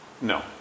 no